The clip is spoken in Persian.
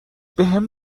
بهم